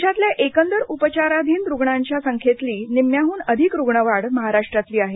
देशातल्या एकंदर उपचाराधीन रुग्णांच्या संख्येतली निम्म्याहून अधिक रुग्णवाढ महाराष्ट्रातली आहे